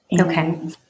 Okay